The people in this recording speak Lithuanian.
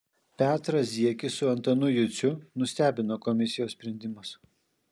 petrą ziekį su antanu juciu nustebino komisijos sprendimas